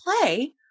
play